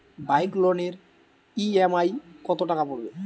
Bike লোনের EMI কত টাকা পড়বে?